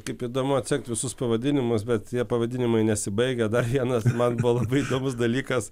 kaip įdomu atsekti visus pavadinimus bet tie pavadinimai nesibaigia dar vienas man buvo labai svarbus dalykas